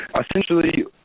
Essentially